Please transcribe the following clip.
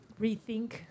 rethink